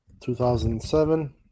2007